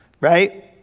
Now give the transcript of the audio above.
Right